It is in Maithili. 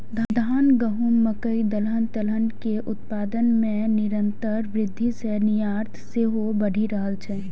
धान, गहूम, मकइ, दलहन, तेलहन के उत्पादन मे निरंतर वृद्धि सं निर्यात सेहो बढ़ि रहल छै